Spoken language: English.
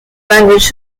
language